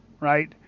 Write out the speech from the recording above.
right